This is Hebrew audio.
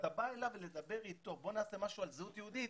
ואתה בא אליו לדבר איתו: בוא נעשה משהו על זהות יהודית,